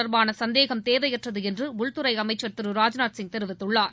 தொடர்பான சந்தேகம் தேவையற்றது என்று உள்துறை அமைச்சர் திரு ராஜ்நாத் சிங் தெரிவித்துள்ளார்